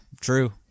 true